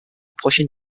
pushing